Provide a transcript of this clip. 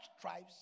tribes